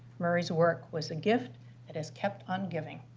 murray's work was a gift that has kept on giving.